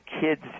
kids